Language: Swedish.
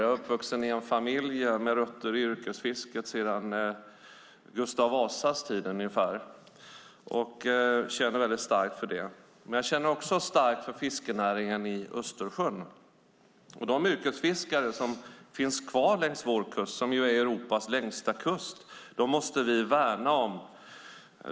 Jag är uppvuxen i en familj med rötter i yrkesfisket sedan Gustav Vasas tid ungefär och känner mycket starkt för det. Men jag känner också starkt för fiskenäringen i Östersjön. De yrkesfiskare som finns kvar längs vår kust, som är Europas längsta kust, måste vi värna om.